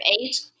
age